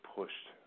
pushed